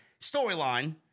Storyline